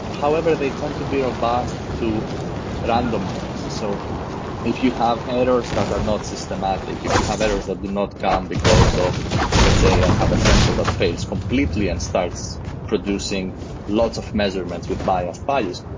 however, they tend to be robust to random noise. so if you have errors that are not systematic. if you have errors that do not come because of let's say you ah have a sensor that fails completely and starts producing lots of measurements with biased values.